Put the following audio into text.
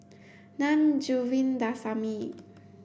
Na Govindasamy